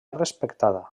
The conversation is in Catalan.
respectada